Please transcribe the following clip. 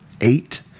eight